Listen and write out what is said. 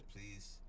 Please